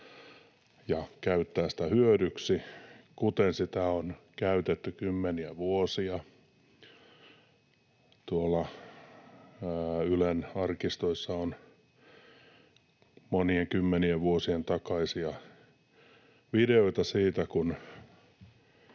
ja käyttää sitä hyödyksi, kuten sitä on käytetty kymmeniä vuosia. Tuolla Ylen arkistoissa on monien kymmenien vuosien takaisia videoita siitä,